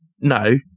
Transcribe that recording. No